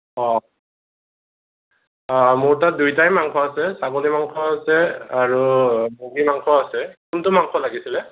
অ' অ' মোৰ তাত দুইটাই মাংস আছে ছাগলী মাংস আছে আৰু মুৰ্গী মাংসও আছে কোনটো মাংস লাগিছিল